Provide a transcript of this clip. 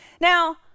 Now